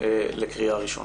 לקריאה הראשונה.